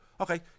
okay